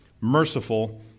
merciful